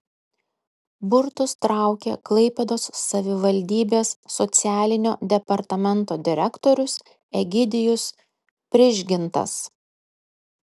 burtus traukė klaipėdos savivaldybės socialinio departamento direktorius egidijus prižgintas